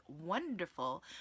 wonderful